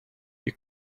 you